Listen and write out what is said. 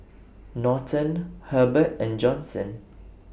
Norton Hebert and Johnson